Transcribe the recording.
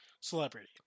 celebrity